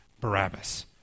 Barabbas